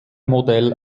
modell